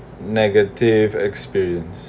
negative experience